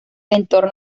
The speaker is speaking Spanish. entorno